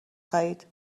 خرید